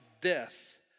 death